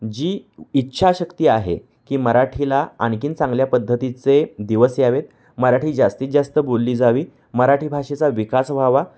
जी इच्छा शक्ती आहे की मराठीला आणखीन चांगल्या पद्धतीचे दिवस यावेत मराठी जास्तीत जास्त बोलली जावी मराठी भाषेचा विकास व्हावा